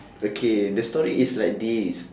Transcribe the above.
okay the story is like this